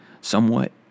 somewhat